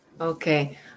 Okay